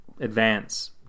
Advance